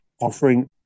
offering